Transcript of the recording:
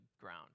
ground